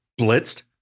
blitzed